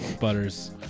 Butters